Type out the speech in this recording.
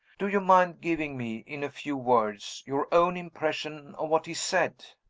do you mind giving me, in few words, your own impression of what he said?